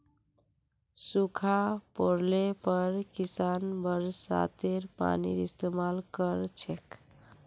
सूखा पोड़ले पर किसान बरसातेर पानीर इस्तेमाल कर छेक